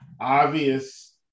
obvious